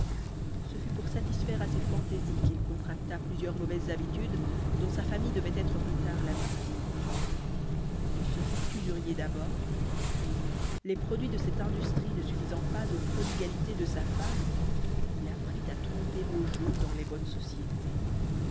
ce fut pour satisfaire à ses fantaisies qu'il contracta plusieurs mauvaises habitudes dont sa famille devait être plus tard la victime il se fit usurier d'abord puis les produits de cette industrie ne suffisant pas aux prodigalités de sa femme il apprit à tromper au jeu dans les bonnes sociétés